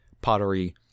pottery